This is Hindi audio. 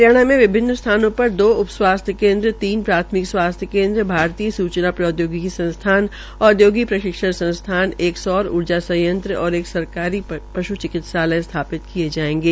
हरियाणा में विभिन्न स्थानों पर दो उप स्वास्थ्य केंद्र तीन प्राथमिक स्वास्थ्य केंद्र भारतीय सूचना प्रौद्योगिकी संस्थान औद्योगिक प्रशिक्षण संस्थान एक सौर ऊर्जा संयंत्र और एक सरकारी पश् चिकित्सालय स्थापित किये जायेंगे